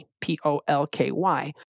P-O-L-K-Y